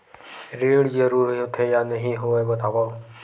ऋण जरूरी होथे या नहीं होवाए बतावव?